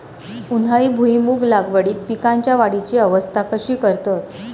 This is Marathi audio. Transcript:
उन्हाळी भुईमूग लागवडीत पीकांच्या वाढीची अवस्था कशी करतत?